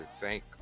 thank